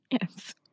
Yes